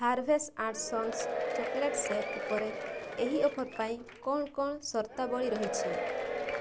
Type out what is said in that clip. Harvest and Sons chocolate shake ଉପରେ ଏହି offer ପାଇଁ କ'ଣ କ'ଣ ସର୍ତ୍ତାବଳୀ ରହିଛି